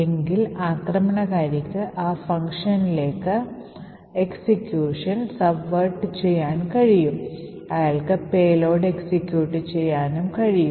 എങ്കിൽ ആക്രമണകാരിക്ക് ആ ഫംഗ്ഷനിലേക്ക് എക്സിക്യൂഷൻ subvert ചെയ്യാനും അയാളുടെ പേലോഡ് എക്സിക്യൂട്ട് ചെയ്യാനും കഴിയും